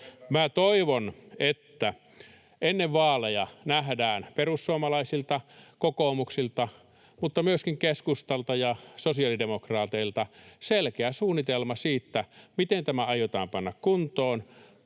Toivon, että ennen vaaleja nähdään perussuomalaisilta ja kokoomukselta mutta myöskin keskustalta ja sosiaalidemokraateilta selkeä suunnitelma siitä, miten tämä aiotaan panna kuntoon,